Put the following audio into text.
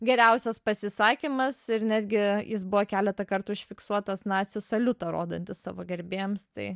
geriausias pasisakymas ir netgi jis buvo keletą kartų užfiksuotas nacių saliutą rodantis savo gerbėjams tai